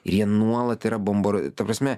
ir jie nuolat yra bombar ta prasme